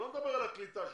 אני לא מדבר על הקליטה שלהם,